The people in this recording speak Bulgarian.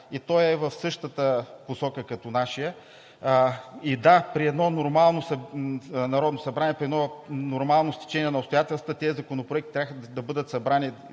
и той е в същата посока, като нашия и, да, при едно нормално Народно събрание, при едно нормално стечение на обстоятелствата тези законопроекти щяха да бъдат събрани